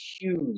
huge